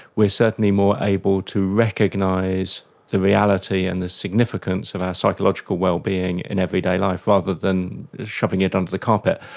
we are certainly more able to recognise the reality and the significance of our psychological well-being in everyday life rather than shoving it under the carpet.